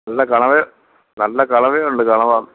നല്ല കണവ നല്ല കണവയുണ്ട് കണവ